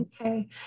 Okay